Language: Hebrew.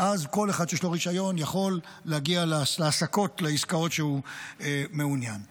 ואז כל אחד שיש לו רישיון יכול להגיע לעסקאות שהוא מעוניין בהן.